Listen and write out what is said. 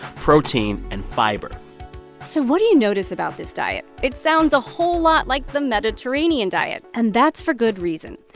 protein and fiber so what do you notice about this diet? it sounds a whole lot like the mediterranean diet, and that's for good reason.